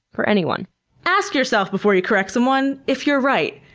for anyone ask yourself before you correct someone if you're right,